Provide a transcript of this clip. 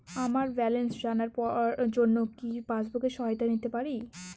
আমার ব্যালেন্স জানার জন্য কি পাসবুকের সহায়তা নিতে পারি?